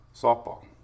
softball